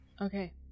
Okay